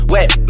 Wet